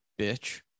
bitch